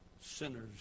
sinners